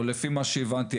לפי מה שהבנתי,